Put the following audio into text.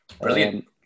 brilliant